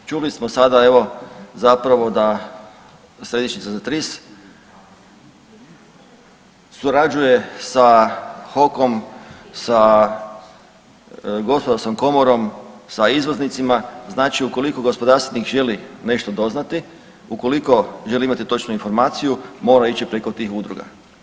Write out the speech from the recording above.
Čuli smo sada evo zapravo da središnjica za TRIS surađuje sa HOK-om, sa gospodarskom komorom, sa izvoznicima, znači ukoliko gospodarstvenik želi nešto doznati, ukoliko želi imati točnu informaciju mora ići preko tih udruga.